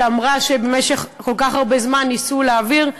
שאמרה שבמשך כל כך הרבה זמן ניסו להעביר,